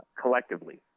collectively